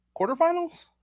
Quarterfinals